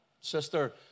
sister